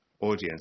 audience